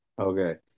Okay